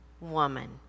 woman